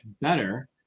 better